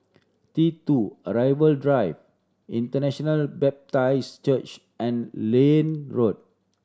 T Two Arrival Drive International Baptist Church and Liane Road